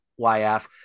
YF